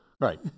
Right